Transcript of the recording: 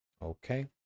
Okay